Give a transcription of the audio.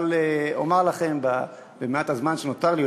אבל אומר לכם במעט הזמן שנותר לי,